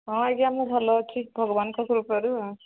ହଁ ଆଜ୍ଞା ମୁଁ ଭଲ ଅଛି ଭଗବାନ୍ଙ୍କ କୃପାରୁ ଆଉ